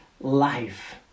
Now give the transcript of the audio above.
life